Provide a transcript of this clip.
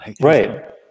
Right